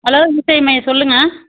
hello இ சேவை மையம் சொல்லுங்க